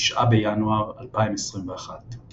9 בינואר 2021 ==